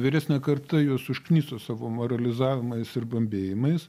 vyresnė karta juos užkniso savo moralizavimais ir bambėjimais